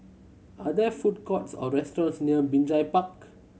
are there food courts or restaurants near Binjai Park